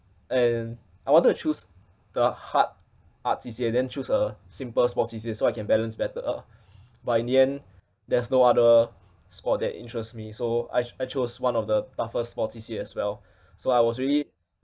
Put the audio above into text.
and I wanted to choose the hard arts C_C_A then choose a simple sport C_C_A so I can balance better but in the end there's no other sport that interests me so I I chose one of the toughest sport C_C_A as well so I was really